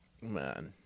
Man